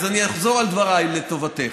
אז אני אחזור על דבריי לטובתך.